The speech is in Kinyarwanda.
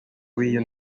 w’iyo